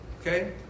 Okay